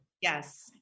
Yes